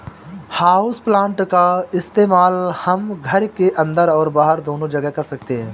houseplant का इस्तेमाल हम घर के अंदर और बाहर दोनों जगह कर सकते हैं